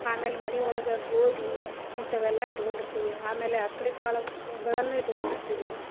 ಆಮೇಲೆ ಮನೆ ಒಳಗ ಗೋದಿ ಇಂಥವೆಲ್ಲ ಇಟ್ಕೊಂಡಿರ್ತೀವಿ ಆಮೇಲೆ ಅಕ್ಡಿ ಕಾಳವ್ಗಳನ್ನು ಇಟ್ಕೊಂರ್ತೀವಿ